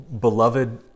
Beloved